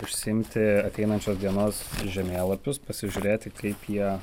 užsiimti ateinančios dienos žemėlapius pasižiūrėti kaip jie